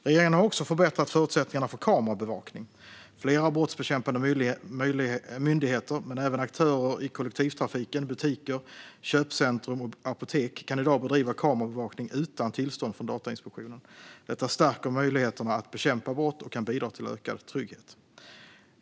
Regeringen har också förbättrat förutsättningarna för kamerabevakning. Flera brottsbekämpande myndigheter men även aktörer i kollektivtrafiken, butiker, köpcentrum och apotek kan i dag bedriva kamerabevakning utan tillstånd från Datainspektionen. Detta stärker möjligheterna att bekämpa brott och kan bidra till ökad trygghet.